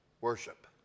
worship